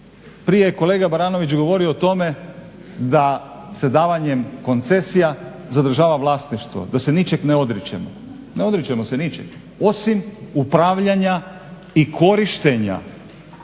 Prije je kolega Baranović govorio o tome da se davanjem koncesija zadržava vlasništvo, da se ničeg ne odričemo. Ne odričemo se ničeg osim upravljanja i korištenja